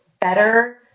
better